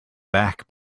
back